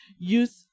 Youth